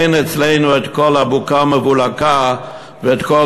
אין אצלנו את כל הבוקה ומבולקה ואת כל